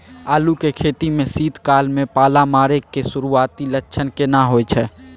आलू के खेती में शीत काल में पाला मारै के सुरूआती लक्षण केना होय छै?